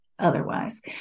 Otherwise